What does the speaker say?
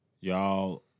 y'all